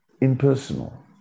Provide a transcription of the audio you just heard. impersonal